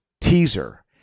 teaser